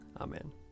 Amen